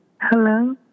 Hello